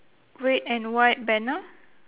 red and white banner